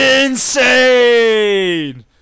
insane